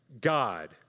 God